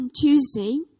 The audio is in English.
Tuesday